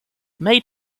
may